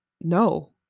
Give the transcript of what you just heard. no